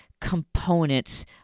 components